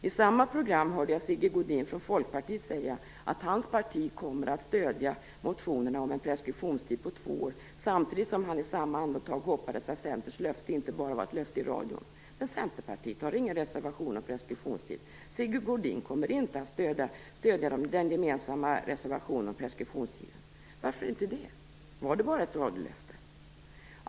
I samma program hörde jag Sigge Godin från Folkpartiet säga att hans parti kommer att stödja motionerna om en preskriptionstid på två år, samtidigt som han i samma andetag hoppades att Centerns löfte inte bara var ett löfte i radion. Men Centerpartiet har ingen reservation om preskriptionstid. Sigge Godin kommer inte att stödja Vänsterpartiets, Miljöpartiets och Kristdemokraternas gemensamma motion om preskriptionstid. Varför inte det? Var det bara ett radiolöfte?